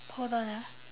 hold on ah